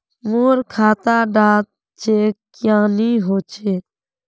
मोर खाता डा चेक क्यानी होचए?